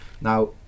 Now